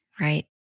Right